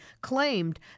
claimed